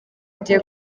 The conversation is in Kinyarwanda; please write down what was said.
agiye